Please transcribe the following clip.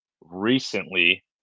recently